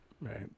Right